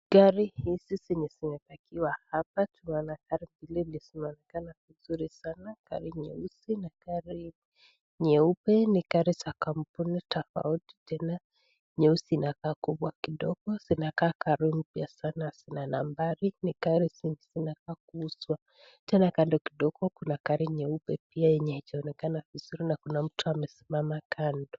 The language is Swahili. Gari hizi zenye zimepakiwa hapa tunaona gari mbili ndizo zinaonekana vizuri sana, gari nyeusi na gari nyeupe. Ni gari za kampuni tofauti tena nyeusi ni kubwa kidogo zinakaa gari mpya sana hazina nambari, ni gari zenye zinataka kuuzwa. Tena kando kidogo kuna gari nyeupe pia yenye haijaonekana vizuri na kuna mtu amesimama kando.